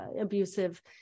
abusive